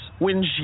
windshield